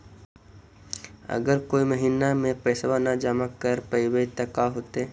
अगर कोई महिना मे पैसबा न जमा कर पईबै त का होतै?